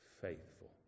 faithful